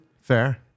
Fair